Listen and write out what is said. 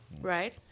Right